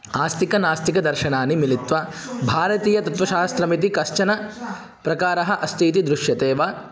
आस्तिनास्तिकदर्शनानि मिलित्वा भारतीयतत्वशास्त्रमिति कश्चनः प्रकारः अस्तीति दृश्यतेव